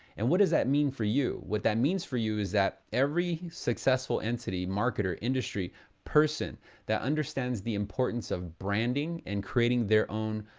and what does that mean for you? what that means for you, is that every successful entity, marketer, industry person that understands the importance of branding and creating their own,